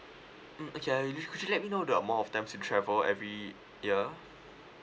mm okay uh would would you let know the amount of times you travel every year